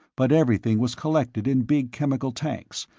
but everything was collected in big chemical tanks,